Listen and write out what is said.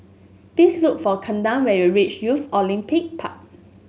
please look for Kaden when you reach Youth Olympic Park